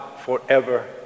forever